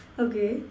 okay